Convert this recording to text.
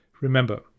remember